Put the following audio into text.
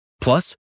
Plus